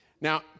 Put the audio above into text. Now